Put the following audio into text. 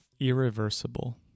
Irreversible